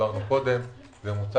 אדוני השר,